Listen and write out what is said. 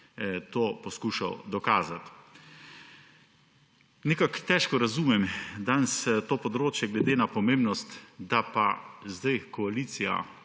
to poskušal dokazati. Težko razumem danes pri tem področju glede na pomembnost, da pa zdaj koalicija